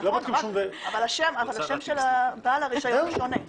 אבל השם של בעל הרישיון שונה.